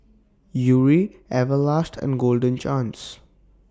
Yuri Everlast and Golden Chance